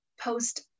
post